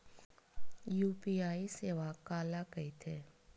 UPI सेवा काला कइथे?